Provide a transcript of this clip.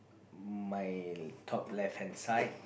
my top left hand side